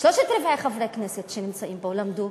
שלושה-רבעים מחברי הכנסת שנמצאים פה למדו